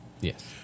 Yes